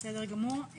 בסדר גמור.